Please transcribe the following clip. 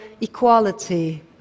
equality